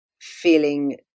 feeling